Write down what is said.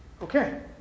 okay